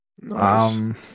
Nice